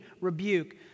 rebuke